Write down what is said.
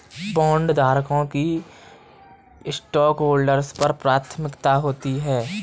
बॉन्डधारकों की स्टॉकहोल्डर्स पर प्राथमिकता होती है